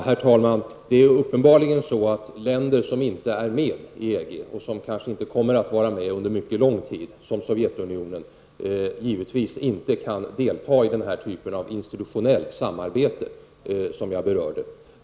Herr talman! Det är uppenbarligen så att länder som inte är med i EG och som under mycket lång tid kanske inte kommer att vara med, t.ex. Sovjetunionen, givetvis inte kan delta i den här typen av institutionellt samarbete som jag berörde.